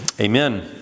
Amen